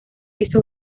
hizo